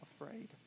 afraid